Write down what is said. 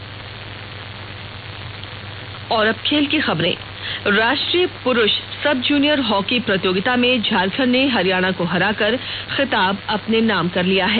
junior hockey राष्ट्रीय पुरुष sub junior hockey प्रतियोगिता में झारखंड ने हरियाणा को हराकर खिताब अपने नाम कर लिया है